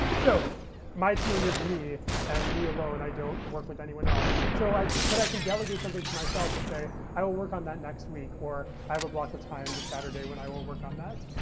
so my team is me, and me alone. i don't work with anyone else. so but i can delegate something to myself and say, i will work on that next week, or i have a block of time this saturday when i will work on that.